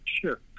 Sure